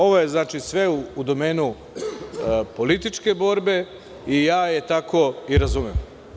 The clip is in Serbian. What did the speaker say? Ovo je sve u domenu političke borbe i ja je tako razumem.